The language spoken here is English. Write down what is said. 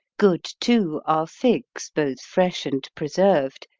good, too, are figs, both fresh and preserved,